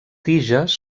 tiges